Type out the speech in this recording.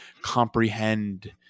comprehend